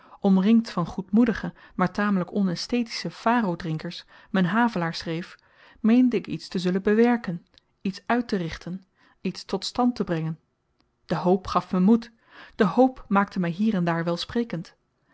omringd van goedmoedige maar tamelyk onaesthetische faro drinkers m'n havelaar schreef meende ik iets te zullen bewerken iets uitterichten iets tot stand te brengen de hoop gaf me moed de hoop maakte my hier en daar welsprekend